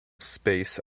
space